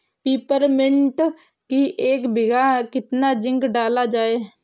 Peppermint की एक बीघा कितना जिंक डाला जाए?